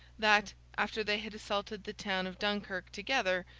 that, after they had assaulted the town of dunkirk together,